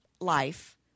life